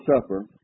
Supper